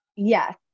yes